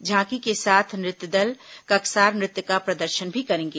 झांकी के साथ नृत्य दल ककसार नृत्य का प्रदर्शन भी करेंगे